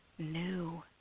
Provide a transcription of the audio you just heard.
new